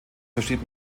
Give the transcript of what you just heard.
versteht